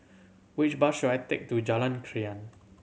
which bus should I take to Jalan Krian